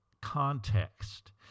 context